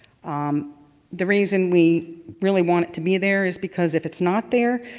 um the reason we really want it to be there is because if it's not there,